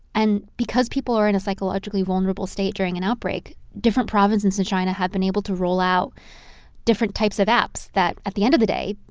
and because people are in a psychologically vulnerable state during an outbreak, different provinces in china have been able to roll out different types of apps that, at the end of the day,